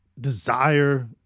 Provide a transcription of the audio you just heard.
desire